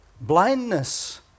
blindness